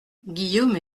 guillaume